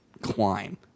climb